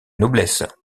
noblesse